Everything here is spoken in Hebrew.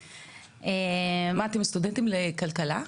מה, אתם סטודנטים לכלכלה?